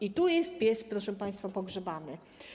I tu jest pies, proszę państwa, pogrzebany.